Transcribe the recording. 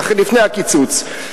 זה היה אתמול, לפני הקיצוץ.